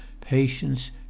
patience